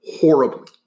horribly